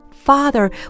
Father